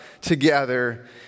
together